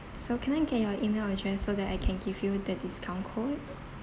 so can I get your email address so that I can give you the discount code